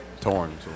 torn